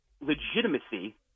legitimacy